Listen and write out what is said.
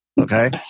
Okay